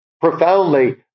profoundly